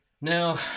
Now